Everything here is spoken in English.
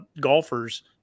golfers